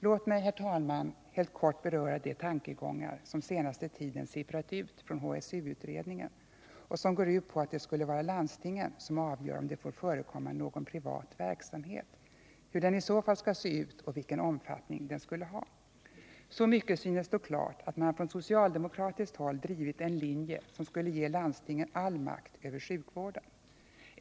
Låt mig, herr talman, helt kort beröra de tankegångar som på senaste tiden sipprat ut från HSU-utredningen och som går ut på att det skulle vara landstingen som avgör om det får förekomma någon privat verksamhet, hur den i så fall skall se ut och vilken omfattning den skulle ha. Så mycket synes stå klart att man från socialdemokratiskt håll drivit en linje som skulle ge landstingen all makt över sjukvården.